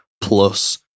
plus